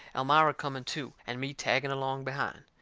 elmira coming too, and me tagging along behind.